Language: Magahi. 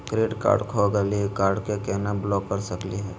क्रेडिट कार्ड खो गैली, कार्ड क केना ब्लॉक कर सकली हे?